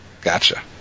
Gotcha